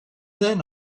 then